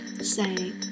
say